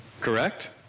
Correct